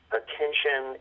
attention